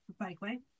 bikeway